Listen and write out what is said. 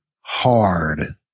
hard